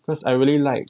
because I really like